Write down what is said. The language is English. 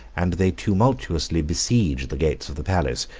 and they tumultuously besieged the gates of the palace,